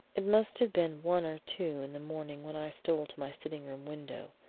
it must have been one or two in the morning when i stole to my sitting-room window,